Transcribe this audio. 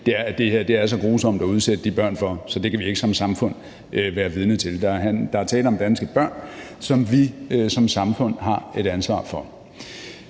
her er så grusomt at udsætte de børn for. Så det kan vi ikke som samfund være vidne til. Der er tale om danske børn, som vi som samfund har et ansvar for.